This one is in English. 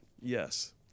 yes